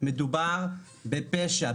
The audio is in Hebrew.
מדובר בפשע,